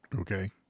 Okay